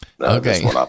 Okay